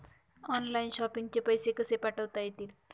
Online shopping चे पैसे कसे पाठवता येतील?